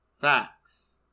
facts